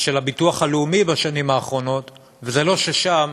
של הביטוח הלאומי בשנים האחרונות, וזה לא ששם